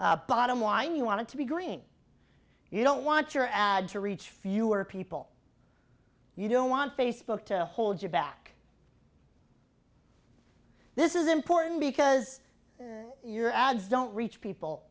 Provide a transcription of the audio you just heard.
bottom line you want to be green you don't want your ad to reach fewer people you don't want facebook to hold you back this is important because your ads don't reach people